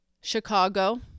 Chicago